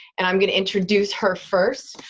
and i'm going to introduce her first,